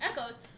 echoes